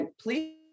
Please